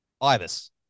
Ibis